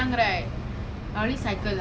it's in punggol is it near punggol